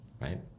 right